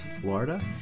Florida